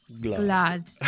glad